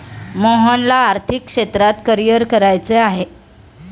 मोहनला आर्थिक क्षेत्रात करिअर करायचे आहे